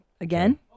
again